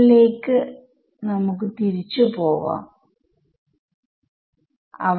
അപ്പോൾ നമുക്ക് ആദ്യത്തെ ടെർമ് എഴുതിനോക്കാം